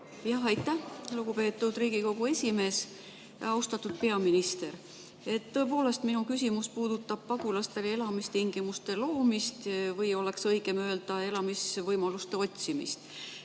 Aitäh, lugupeetud Riigikogu esimees! Austatud peaminister! Tõepoolest, minu küsimus puudutab pagulastele elamistingimuste loomist, õigem oleks öelda, et elamisvõimaluste otsimist.